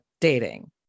dating